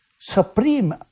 supreme